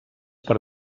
per